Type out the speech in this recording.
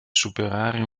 superare